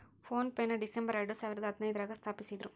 phone ಪೆನ December ಎರಡಸಾವಿರದ ಹದಿನೈದ್ರಾಗ ಸ್ಥಾಪಿಸಿದ್ರು